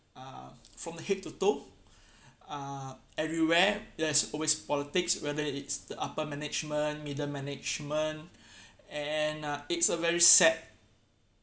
uh from head to toe uh everywhere there's always politics whether it's the upper management middle management and uh it's a very sad